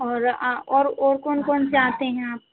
और आ और और कौन कौन से आते हैं आप